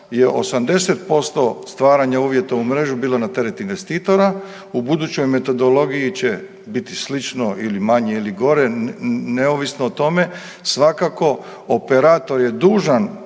je 80% stvaranja uvjeta u mrežu bilo na teret investitora, u budućoj metodologiji će biti slično ili manje ili gore. Neovisno o tome svakako operator je dužan